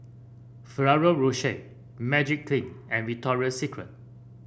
Ferrero Rocher Magiclean and Victoria Secret